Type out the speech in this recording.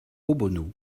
obono